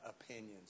opinions